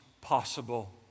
possible